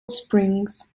springs